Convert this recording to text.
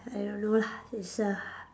I don't know lah it's a